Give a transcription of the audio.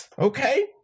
Okay